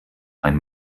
ein